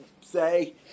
say